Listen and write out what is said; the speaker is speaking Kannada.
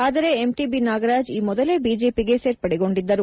ಆದರೆ ಎಂಟಿಬಿ ನಾಗರಾಜ್ ಈ ಮೊದಲೇ ಬಿಜೆಪಿಗೆ ಸೇರ್ಪಡೆಗೊಂಡಿದ್ದರು